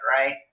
Right